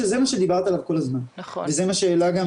שזה מה שדיברת עליו כל הזמן וזה מה שהעלה גם